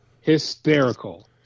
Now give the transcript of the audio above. hysterical